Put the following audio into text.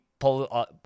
pull